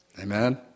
Amen